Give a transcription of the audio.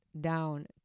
down